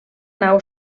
nau